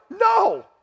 No